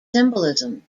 symbolism